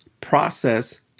process